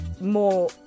more